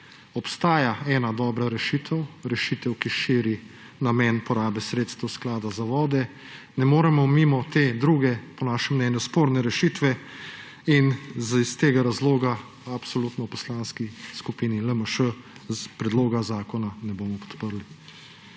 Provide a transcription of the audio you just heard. obstaja ena dobra rešitev, rešitev, ki širi namen porabe sredstev Sklada za vode, ne moremo mimo te, druge, po našem mnenju sporne rešitve. Iz tega razloga absolutno v Poslanski skupini LMŠ predloga zakona ne bomo podprli.